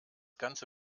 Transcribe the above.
ganze